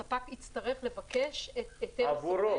הספק יצטרך לבקש היתר -- עבורו.